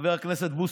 חבר הכנסת בוסו,